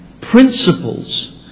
principles